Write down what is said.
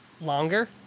longer